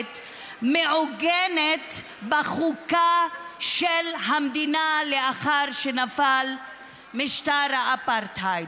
מעוגנת בחוקה של המדינה לאחר שנפל משטר האפרטהייד,